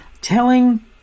telling